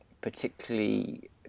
particularly